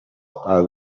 are